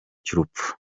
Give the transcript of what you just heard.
cy’urupfu